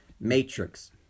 matrix